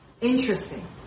Interesting